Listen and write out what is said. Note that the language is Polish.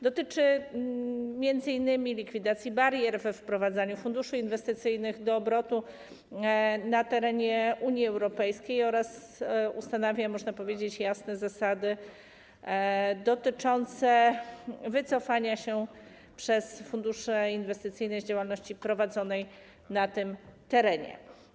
Dotyczy on m.in. likwidacji barier we wprowadzaniu funduszy inwestycyjnych do obrotu na terenie Unii Europejskiej oraz ustanowienia - można powiedzieć - jasnych zasad dotyczących wycofania się przez fundusze inwestycyjne z działalności prowadzonej na tym terenie.